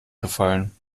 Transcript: gefallen